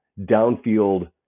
downfield